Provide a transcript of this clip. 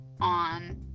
on